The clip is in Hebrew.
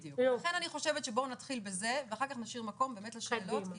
לכן אני חושבת שבואו נתחיל בזה ואחר כך נשאיר מקום באמת לשאלות.